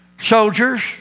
soldiers